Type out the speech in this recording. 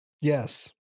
Yes